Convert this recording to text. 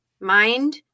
mind